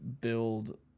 build